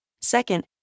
Second